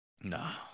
No